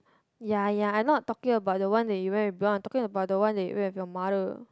ya ya I not talking about the one you went with blonde I talking about the one you went with your mother